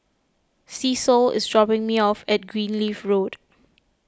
Cecil is dropping me off at Greenleaf Road